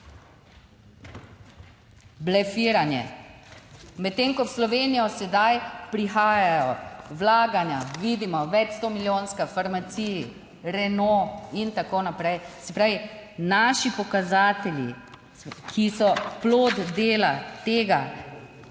Blefiranje. Medtem ko v Slovenijo sedaj prihajajo vlaganja, vidimo več sto milijonska v farmaciji, Renault in tako naprej. Se pravi, naši pokazatelji, ki so plod dela tega,